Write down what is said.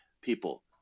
people